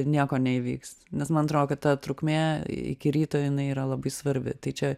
nieko neįvyks nes man atrodo kad ta trukmė iki ryto jinai yra labai svarbi tai čia